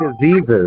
diseases